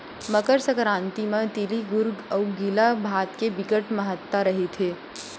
मकर संकरांति म तिली गुर अउ गिला भात के बिकट महत्ता रहिथे